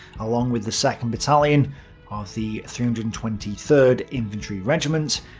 along with the second battalion of the three hundred and twenty third infantry regiment,